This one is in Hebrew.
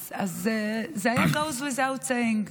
אז זה היה Goes without saying.